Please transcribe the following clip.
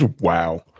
Wow